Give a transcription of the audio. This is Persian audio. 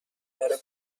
داره